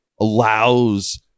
allows